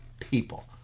people